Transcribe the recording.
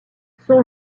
son